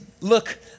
look